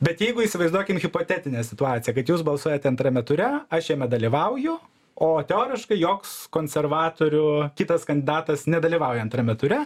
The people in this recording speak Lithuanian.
bet jeigu įsivaizduokim hipotetinę situaciją kad jūs balsuojate antrame ture aš jame dalyvauju o teoriškai joks konservatorių kitas kandidatas nedalyvauja antrame ture